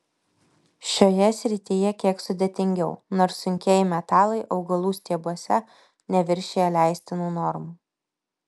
šioje srityje kiek sudėtingiau nors sunkieji metalai augalų stiebuose neviršija leistinų normų